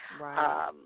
Right